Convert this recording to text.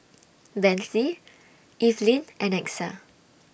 Bethzy Eveline and Exa